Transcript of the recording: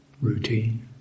routine